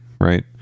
Right